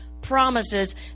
promises